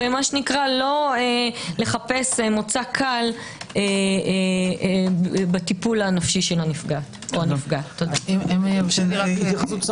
ולא לחפש מוצא קל בטיפול הנפשי של הנפגעת או הנפגע.